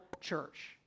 church